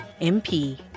MP